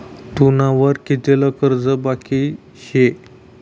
तुना वर कितलं कर्ज बाकी शे